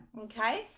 okay